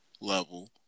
level